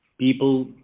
people